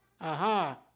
aha